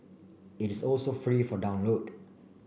it is also free for download